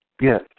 Yes